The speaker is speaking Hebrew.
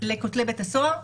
לכותלי בית הסוהר,